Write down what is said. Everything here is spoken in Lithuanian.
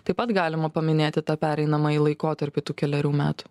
taip pat galima paminėti tą pereinamąjį laikotarpį tų kelerių metų